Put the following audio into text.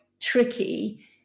tricky